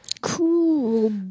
Cool